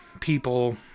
people